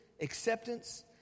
acceptance